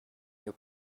you